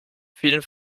fielen